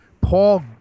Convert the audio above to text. Paul